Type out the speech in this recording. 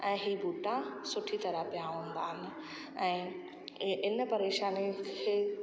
ऐं ही ॿूटा सुठी तरह पिया हूंदा आहिनि ऐं इहे इन परेशानी खे